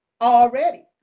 already